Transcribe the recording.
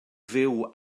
fyw